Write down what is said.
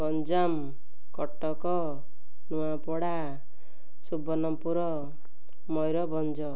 Ganjam Cuttack Nuapada Subarnapur Mayurbhanj